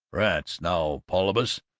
rats now, paulibus,